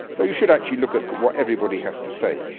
so you should actually look at what everybody has to say.